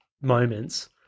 moments